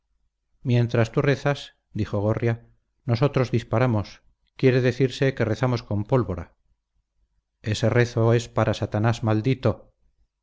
mientras tú rezas dijo gorria nosotros disparamos quiere decirse que rezamos con pólvora ese rezo es para satanás maldito